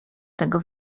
tego